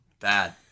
Bad